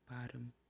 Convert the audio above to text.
Bottom